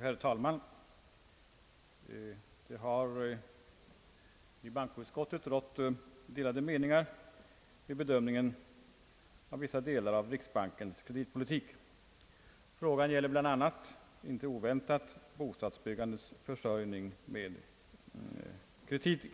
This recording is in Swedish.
Herr talman! Det har i bankoutskottet rått delade meningar vid bedömningen av vissa delar av riksbankens kreditpolitik. Frågan gäller bland annat inte oväntat bostadsbyggandets försörjning med